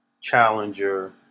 challenger